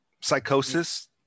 Psychosis